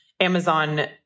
Amazon